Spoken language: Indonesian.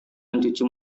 mencuci